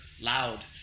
loud